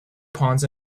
ponds